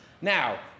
Now